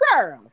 girl